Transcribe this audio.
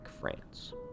France